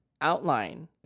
outline